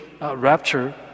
rapture